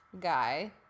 guy